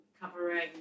covering